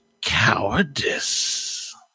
cowardice